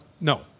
no